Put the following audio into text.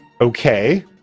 Okay